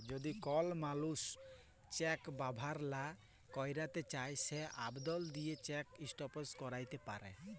যদি কল মালুস চ্যাক ব্যাভার লা ক্যইরতে চায় সে আবদল দিঁয়ে চ্যাক ইস্টপ ক্যইরতে পারে